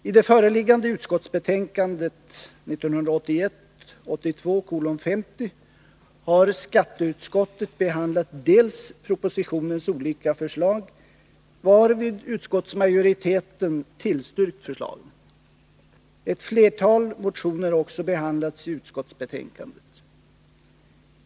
I det föreliggande utskottsbetänkandet 1981/82:50 har skatteutskottet behandlat propositionens olika förslag, varvid utskottsmajoriteten tillstyrkt förslagen. Ett flertal motioner har också behandlats i utskottsbetänkandet.